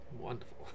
Wonderful